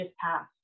passed